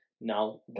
Now